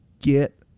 Get